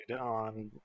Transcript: on